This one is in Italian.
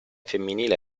femminile